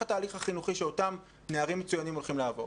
התהליך החינוכי שאותם נערים מצוינים הולכים לעבור.